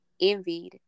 envied